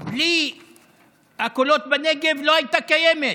בלי הקולות בנגב לא הייתה קיימת,